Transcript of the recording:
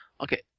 Okay